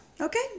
Okay